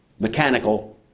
Mechanical